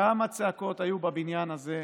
כמה צעקות היו בבניין הזה,